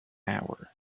hour